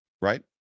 Right